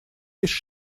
есть